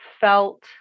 felt